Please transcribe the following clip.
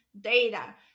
data